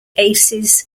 aces